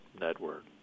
network